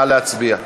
נא להצביע.